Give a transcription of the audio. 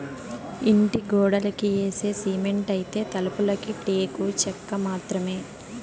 ఇంటి గోడలకి యేసే సిమెంటైతే, తలుపులకి టేకు చెక్క మాత్రమే